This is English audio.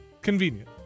convenient